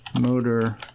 motor